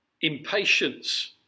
Impatience